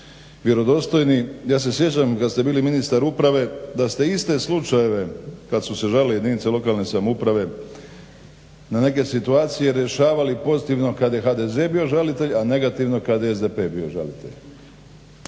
vjerodostojni. Ja se sjećam kada ste bili ministar uprave, da ste iste slučajeve kad su se žalile jedinice lokalne samouprave na neke situacije rješavali kada je HDZ bio žalitelj, a negativno kada je SDP bio žalitelj.